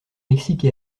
mexique